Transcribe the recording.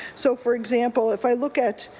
so for example, if i look at